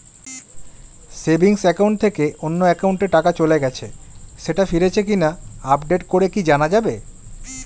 Savings account থেকে অন্য একাউন্টে টাকা চলে গেছে সেটা ফিরেছে কিনা আপডেট করে কি জানা যাবে?